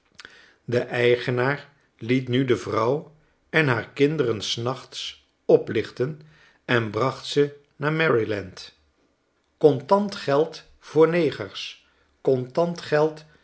de eigenaar liet nu de vrouw en haar kinderen snachtsoplichtenen bracht ze naar maryland contant geld voor negers contant geld